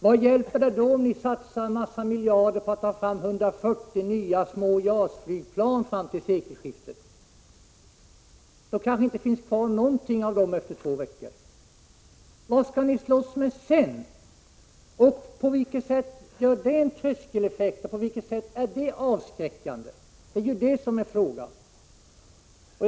Vad hjälper det då att vi satsar en massa miljarder på att ta fram 140 nya små JAS-flygplan fram till sekelskiftet, när det kanske inte finns kvar något enda av dem efter två veckors krig? Vad skall vi slåss med sedan? På vilket sätt har detta en tröskeleffekt, och på vilket sätt är det avskräckande? Det är frågan.